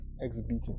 exhibiting